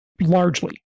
largely